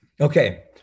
Okay